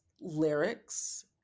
lyrics